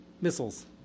missiles